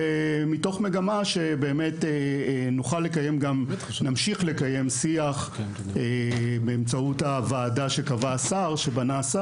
ומתוך מגמה שבאמת נוכל להמשיך לקיים שיח באמצעות הוועדה שהשר בנה,